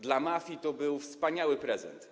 Dla mafii to był wspaniały prezent.